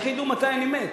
איך ידעו מתי אני מת?